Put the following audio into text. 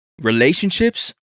relationships